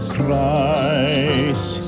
Christ